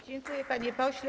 Dziękuję, panie pośle.